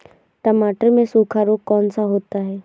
टमाटर में सूखा रोग कौन सा होता है?